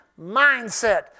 mindset